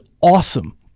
awesome